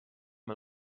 amb